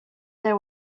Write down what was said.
there